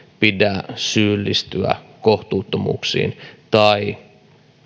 pidä syyllistyä kohtuuttomuuksiin tai